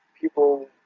people